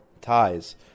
ties